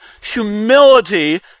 humility